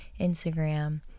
Instagram